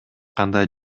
кандай